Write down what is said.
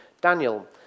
Daniel